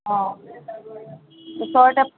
অঁ